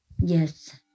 Yes